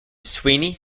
sweeney